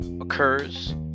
occurs